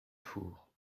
fours